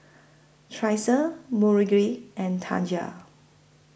Tressa Marguerite and Tanja